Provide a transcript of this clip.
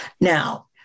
Now